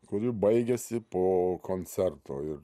kuri baigiasi po koncerto ir